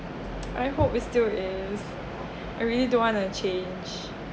I hope it still is I really don't wanna change